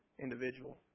individual